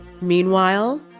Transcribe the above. Meanwhile